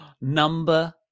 Number